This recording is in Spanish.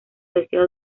deseo